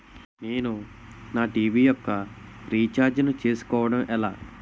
నేను నా టీ.వీ యెక్క రీఛార్జ్ ను చేసుకోవడం ఎలా?